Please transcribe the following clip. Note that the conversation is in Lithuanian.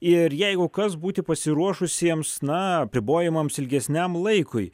ir jeigu kas būti pasiruošusiems na apribojimams ilgesniam laikui